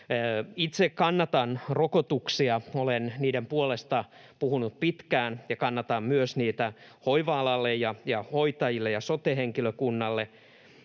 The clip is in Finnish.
Itse kannatan rokotuksia. Olen niiden puolesta puhunut pitkään ja kannatan niitä myös hoiva-alalle ja hoitajille ja sote-henkilökunnalle.